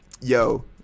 Yo